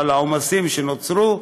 אבל העומסים שנוצרו,